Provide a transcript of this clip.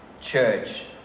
Church